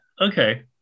Okay